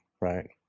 right